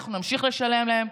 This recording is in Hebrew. אנחנו נמשיך לשלם להם.